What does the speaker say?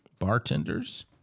bartenders